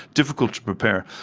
difficult to prepare,